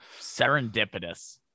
Serendipitous